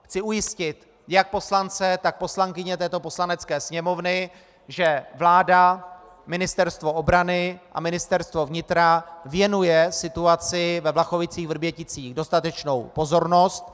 Chci ujistit jak poslance, tak poslankyně této Poslanecké sněmovny, že vláda, Ministerstvo obrany a Ministerstvo vnitra věnují situaci ve VlachovicíchVrběticích dostatečnou pozornost.